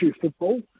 football